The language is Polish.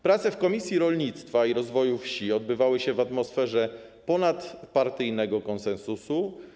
Prace w Komisji Rolnictwa i Rozwoju Wsi odbywały się w atmosferze ponadpartyjnego konsensusu.